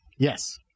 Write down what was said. Yes